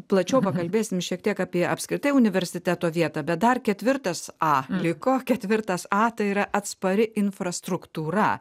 plačiau pakalbėsim šiek tiek apie apskritai universiteto vietą bet dar ketvirtas a liko ketvirtas a tai yra atspari infrastruktūra